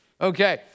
Okay